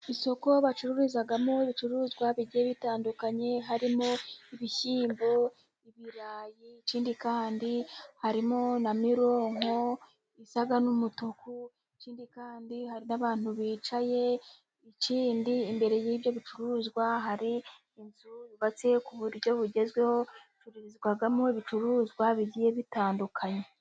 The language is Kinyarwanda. Isoko bacururizamo ibicuruzwa bigiye bitandukanye harimo: ibishyimbo, ibirayi. Ikindi kandi harimo na mironko isa n'umutuku, ikindi kandi hari abantu bicaye ikindi kandi imbere y'ibyo bicuruzwa hari inzu yubatse ku buryo bugezweho hacururizwamo ibicuruzwa bigiye bitandukanye.